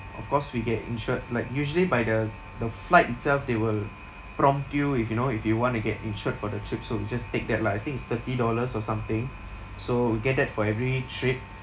of course we get insured like usually by the s~ the flight itself they will prompt you if you know if you want to get insured for the trip so you just take that lah I think is thirty dollars or something so we get that for every trip